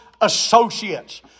associates